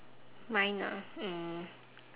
mine ah mm